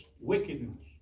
wickedness